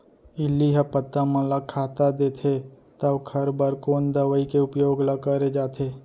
इल्ली ह पत्ता मन ला खाता देथे त ओखर बर कोन दवई के उपयोग ल करे जाथे?